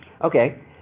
Okay